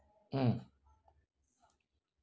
mm